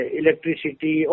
electricity